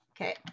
okay